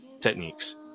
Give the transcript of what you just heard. techniques